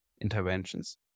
interventions